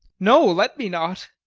no, let me not.